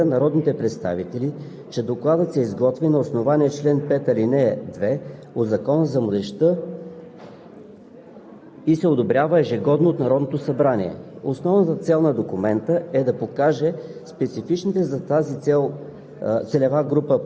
Годишният доклад за младежта за 2019 г. беше представен от заместник-министъра на младежта и спорта – господин Николай Павлов, който информира народните представители, че Докладът се изготвя на основание чл. 5, ал. 2 от Закона за младежта